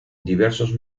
diversos